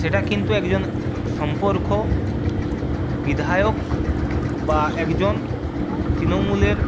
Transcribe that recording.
সেটা কিন্তু একজন সম্পর্ক বিধায়ক বা একজন তৃণমূলের